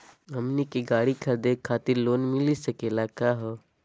हमनी के गाड़ी खरीदै खातिर लोन मिली सकली का हो?